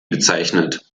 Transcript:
bezeichnet